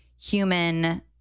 human